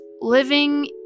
living